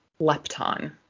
lepton